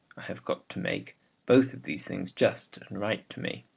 i have got to make both of these things just and right to me.